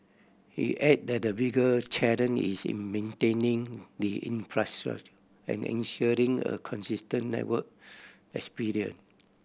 he add that the bigger challenge is in maintaining the infrastructure and ensuring a consistent network experience